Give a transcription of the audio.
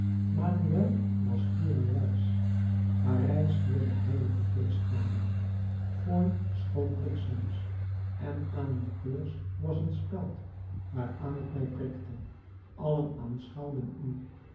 manuel was fier en wijs parijs vierde heilige feestmalen foy schoot bliksems en aan uw keurs was een speld waaraan ik mij prikte allen aanschouwden u